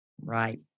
Right